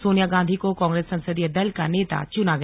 सोनिया गांधी को कांग्रेस संसदीय दल का नेता चुना गया